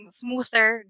smoother